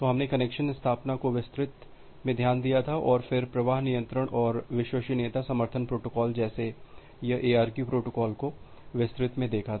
तो हमने कनेक्शन स्थापना को विस्तृत में ध्यान दिया था और फिर प्रवाह नियंत्रण और विश्वसनीयता समर्थन प्रोटोकॉल जैसे यह ARQ प्रोटोकॉल को विस्तृत मे देखा था